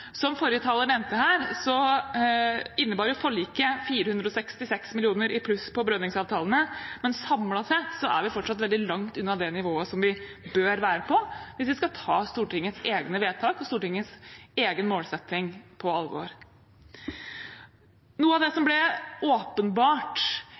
Som forrige taler nevnte, innebar forliket 466 mill. kr i pluss på belønningsavtalene, men samlet sett er vi fortsatt veldig langt unna det nivået som vi bør være på hvis vi skal ta Stortingets egne vedtak, Stortingets egen målsetting, på alvor. Noe av det som